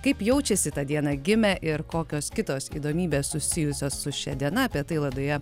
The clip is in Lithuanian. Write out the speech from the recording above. kaip jaučiasi tą dieną gimę ir kokios kitos įdomybės susijusios su šia diena apie tai laidoje